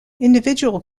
individual